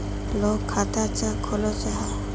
लोग खाता चाँ खोलो जाहा?